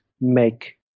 make